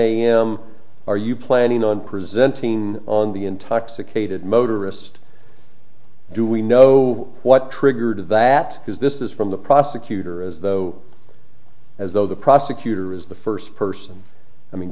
am are you planning on presenting on the intoxicated motorist do we know what triggered that because this is from the prosecutor as though as though the prosecutor is the first person i mean